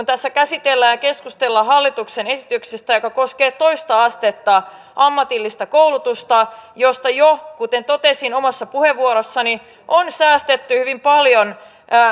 tässä käsitellään keskustellaan hallituksen esityksestä joka koskee toista astetta ammatillista koulutusta josta jo kuten totesin omassa puheenvuorossani on säästetty hyvin paljon